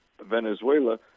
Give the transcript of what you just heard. Venezuela